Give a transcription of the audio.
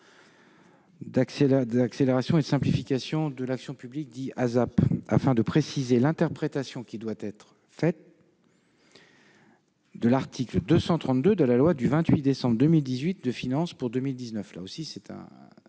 d'accélération et de simplification de l'action publique, dit ASAP, afin de préciser l'interprétation qui doit être faite de l'article 232 de la loi du 28 décembre 2018 de finances pour 2019. Pour rappel, cette